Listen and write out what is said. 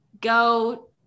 go